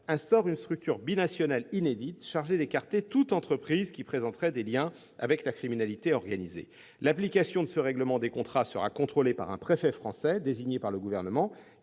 instaure une structure binationale inédite chargée d'écarter toute entreprise qui présenterait des liens avec la criminalité organisée. Son application sera contrôlée par un préfet français désigné par le Gouvernement,